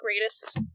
greatest